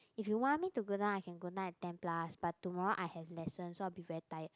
if you want me to go down I can go down at ten plus but tomorrow I have lesson so I will be very tired